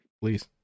please